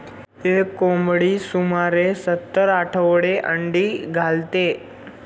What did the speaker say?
एक कोंबडी सुमारे सत्तर आठवडे अंडी घालते